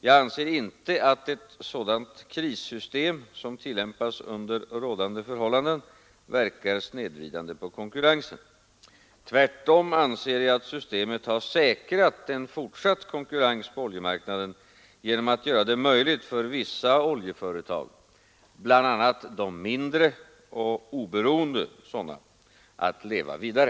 Jag anser inte att ett sådant krissystem, som tillämpas under rådande förhållanden, verkar snedvridande på konkurrensen. Tvärtom anser jag att systemet har säkrat en fortsatt konkurrens på oljemarknaden genom att göra det möjligt för vissa oljeföretag, bl.a. mindre och oberoende sådana, att leva vidare.